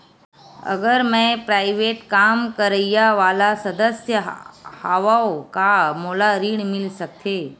अगर मैं प्राइवेट काम करइया वाला सदस्य हावव का मोला ऋण मिल सकथे?